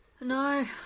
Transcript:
No